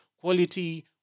quality